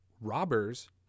robbers